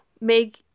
make